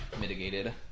mitigated